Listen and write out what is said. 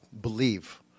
Believe